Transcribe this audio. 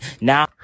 Now-